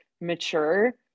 mature